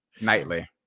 nightly